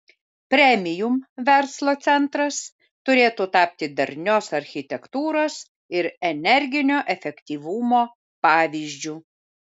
premium verslo centras turėtų tapti darnios architektūros ir energinio efektyvumo pavyzdžiu